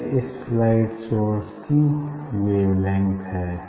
यह इस light source की की वेवलेंथ है